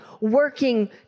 working